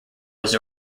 was